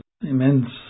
immense